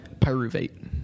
pyruvate